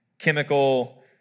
chemical